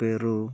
Peru